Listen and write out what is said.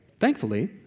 Thankfully